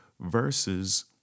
versus